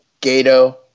Gato